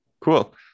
Cool